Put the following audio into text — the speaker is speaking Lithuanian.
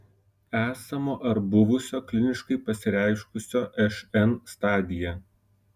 esamo ar buvusio kliniškai pasireiškusio šn stadija